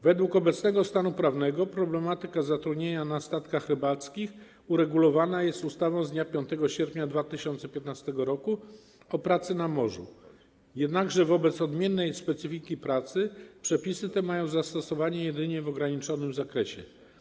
Według obecnego stanu prawnego problematyka zatrudnienia na statkach rybackich uregulowana jest ustawą z dnia 5 sierpnia 2015 r. o pracy na morzu, jednakże wobec odmiennej specyfiki pracy przepisy te mają zastosowanie jedynie w ograniczonym zakresie.